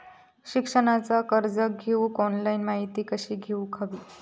शिक्षणाचा कर्ज घेऊक ऑनलाइन माहिती कशी घेऊक हवी?